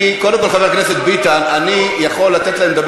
מה זה הדבר